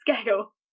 scale